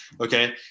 Okay